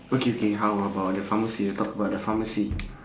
okay okay how about the pharmacy we talk about the pharmacy